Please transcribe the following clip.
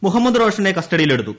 മുഹമ്മദ് റോഷനെ കസ്റ്റഡിയിലെടുത്തു